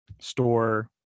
store